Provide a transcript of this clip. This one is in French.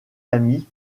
ami